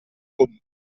comune